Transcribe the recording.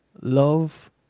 love